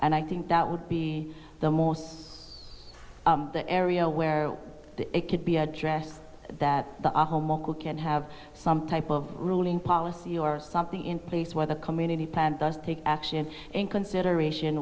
and i think that would be the most the area where it could be addressed that the homo can have some type of ruling policy or something in place where the community plan does take action in consideration